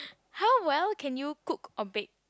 how well can you cook or bake